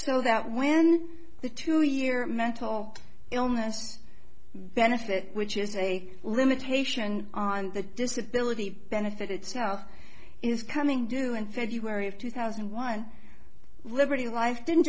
so that when the two year mental illness benefit which is a limitation on the disability benefit itself is coming due in february of two thousand and one liberty life didn't